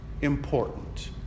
important